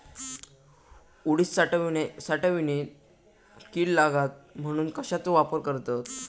उडीद साठवणीत कीड लागात म्हणून कश्याचो वापर करतत?